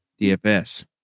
DFS